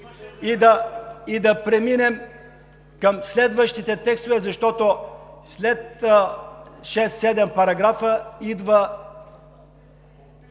и да преминем към следващите текстове, защото след шест-седем параграфа идва